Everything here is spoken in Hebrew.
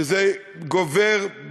שזה גובר,